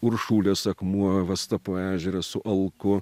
uršulės akmuo vastapo ežeras su alku